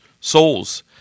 souls